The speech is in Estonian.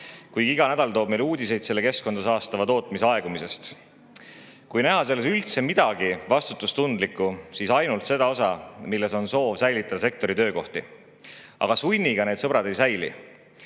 Samas iga nädal toob meile uudiseid selle keskkonda saastava tootmise aegumisest. Kui näha selles üldse midagi vastutustundlikku, siis on see ainult soov säilitada sektori töökohti. Aga sunniga need, sõbrad, ei säili.